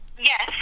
Yes